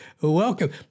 Welcome